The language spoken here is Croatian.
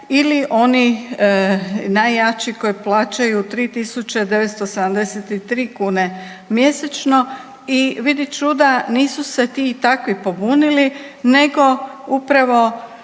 ili oni najjači koji plaćaju 3.973 kune mjesečno i vidi čuda nisu se ti i takvi pobunili nego upravo